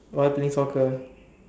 why playing soccer